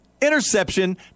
interception